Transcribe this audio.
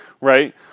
right